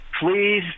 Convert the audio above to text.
please